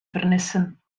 vernissen